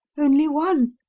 only one.